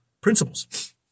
principles